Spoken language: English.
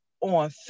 on